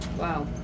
Wow